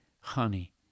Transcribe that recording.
honey